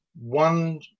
One